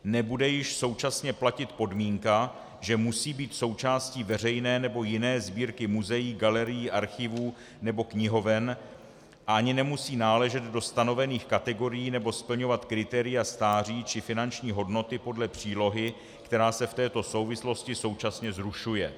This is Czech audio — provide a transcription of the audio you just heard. Nebude již současně platit podmínka, že musí být součástí veřejné, nebo jiné sbírky muzeí, galerií, archivů nebo knihoven, ani nemusí náležet do stanovených kategorií nebo splňovat kritéria stáří či finanční hodnoty podle přílohy, která se v této souvislosti současně zrušuje.